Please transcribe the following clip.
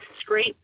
scrape